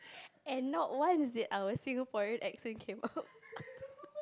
and not once did our Singaporean accent came out